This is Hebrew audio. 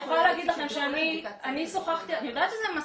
אני יכולה להגיד לכם שאני שוחחתי אני יודעת שזה מסעיר,